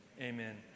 Amen